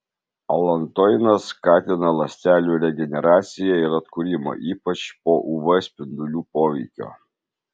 alantoinas skatina ląstelių regeneraciją ir atkūrimą ypač po uv spindulių poveikio